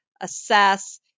assess